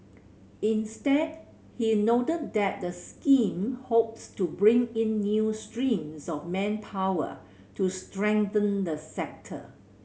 instead he noted that the scheme hopes to bring in new streams of manpower to strengthen the sector